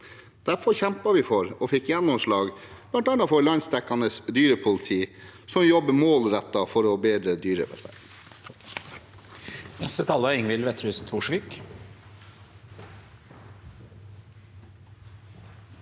Derfor kjempet vi og fikk gjennomslag for bl.a. et landsdekkende dyrepoliti som jobber målrettet for å bedre dyrevelferd.